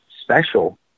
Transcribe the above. special